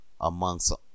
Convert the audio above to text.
amongst